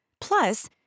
Plus